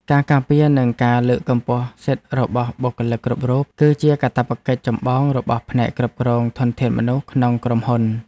ការការពារនិងការលើកកម្ពស់សិទ្ធិរបស់បុគ្គលិកគ្រប់រូប គឺជាកាតព្វកិច្ចចម្បងរបស់ផ្នែកគ្រប់គ្រងធនធានមនុស្សក្នុងក្រុមហ៊ុន។